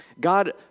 God